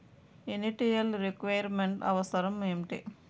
Initial requirement అవసరం ఎంటి?